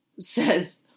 says